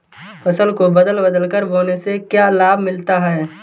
फसल को बदल बदल कर बोने से क्या लाभ मिलता है?